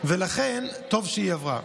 ולכן טוב שהיא עברה.